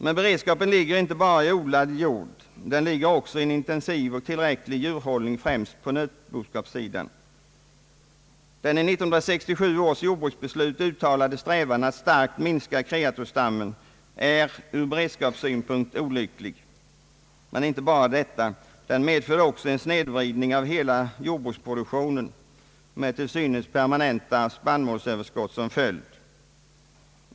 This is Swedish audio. Men beredskapen ligger inte bara i odlad jord utan också i intensiv och tillräcklig djurhållning, främst på nötboskapssidan. Den i 1967 års jordbruksbeslut uttalade strävan att starkt minska kreatursstammen är ur beredskapssynpunkt olycklig, men inte bara detta — den medför också en snedvridning av hela jordbruksproduktionen med till synes permanenta spannmålsöverskott som följd.